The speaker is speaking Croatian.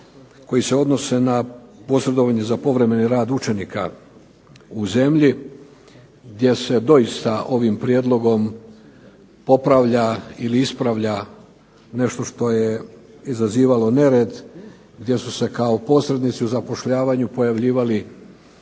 koji se odnose na posredovanje za povremeni rad učenika u zemlji gdje se doista ovim prijedlogom popravlja ili ispravlja nešto što je izazivalo nered, gdje su se kao posrednici u zapošljavanju pojavljivali